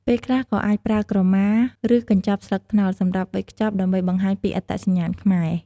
ពេលខ្លះក៏អាចប្រើក្រមា ឬកញ្ចប់ស្លឹកត្នោតសម្រាប់វេចខ្ចប់ដើម្បីបង្ហាញពីអត្តសញ្ញាណខ្មែរ។